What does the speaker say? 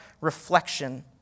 reflection